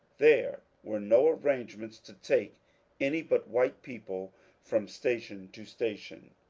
there were no arrangements to take any but white people from station to station.